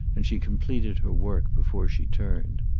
and she completed her work before she turned.